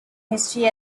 history